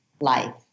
life